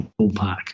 ballpark